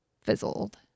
fizzled